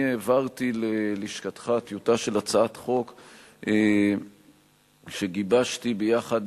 אני העברתי ללשכתך טיוטה של הצעת חוק שגיבשתי יחד